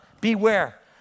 Beware